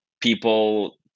people